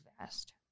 vast